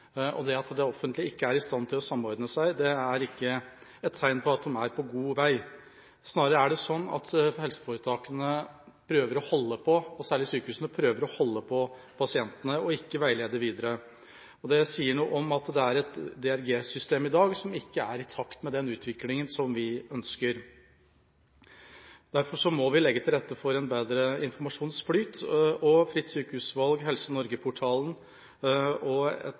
og det at det offentlige ikke er i stand til å samordne seg, er ikke et tegn på at de er på god vei. Snarere er det sånn at helseforetakene – og særlig sykehusene – prøver å holde på pasientene og ikke veilede videre. Det sier noe om at det er et DRG-system i dag som ikke er i takt med den utviklinga som vi ønsker. Derfor må vi legge til rette for en bedre informasjonsflyt. Fritt Sykehusvalg, helsenorge-portalen og større muligheter for HELFO og